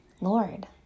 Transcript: Lord